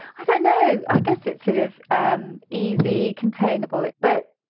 i don't know. i guess it's sort of um easy, containable, but